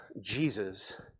Jesus